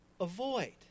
avoid